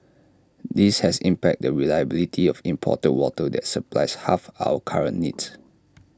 this has impacted the reliability of imported water that supplies half our current needs